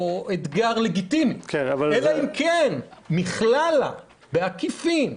אתגר לגיטימי, אלא אם כן מכללא, בעקיפין,